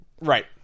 Right